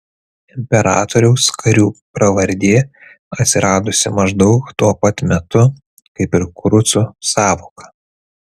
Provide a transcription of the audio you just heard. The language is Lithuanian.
imperatoriaus karių pravardė atsiradusi maždaug tuo pat metu kaip ir kurucų sąvoka